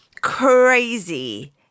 crazy